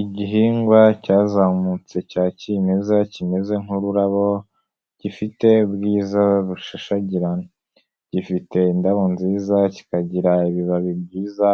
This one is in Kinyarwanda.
Igihingwa cyazamutse cya kimeza kimeze nk'ururabo, gifite ubwiza bushashagirana. Gifite indabo nziza, kikagira ibibabi byiza,